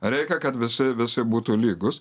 reikia kad visi visi būtų lygūs